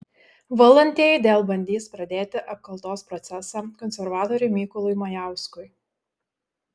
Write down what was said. valdantieji dėl bandys pradėti apkaltos procesą konservatoriui mykolui majauskui